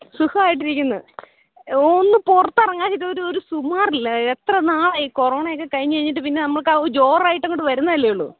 സുഖമായിട്ടിരിക്കുന്നു ഒന്ന് പുറത്തിറങ്ങാഞ്ഞിട്ടൊരു ഒരു സുമാറില്ല എത്ര നാളായി കൊറോണയൊക്കെ കഴിഞ്ഞ് കഴിഞ്ഞിട്ട് പിന്നെ നമ്മൾക്ക് ആ ഒരു ജോറായിട്ട് അങ്ങോട്ട് വരുന്നതല്ലെ ഉള്ളു